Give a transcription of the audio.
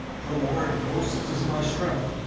the lord of hosts is my strength,